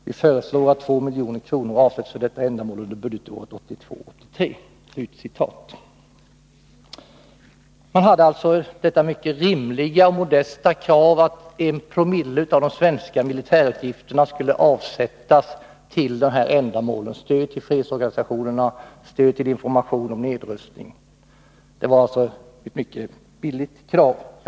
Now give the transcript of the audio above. Vi föreslår att 2 milj.kr. avsätts för detta ändamål under budgetåret 1982/83.” Det framfördes alltså det rimliga och modesta kravet att en promille av de svenska militärutgifterna skulle avsättas till de nämnda ändamålen, dvs. stöd till fredsorganisationerna och till information om nedrustning. Man kan säga att det rörde sig om ett mycket billigt krav.